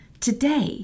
Today